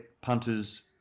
punters